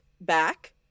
back